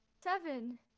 Seven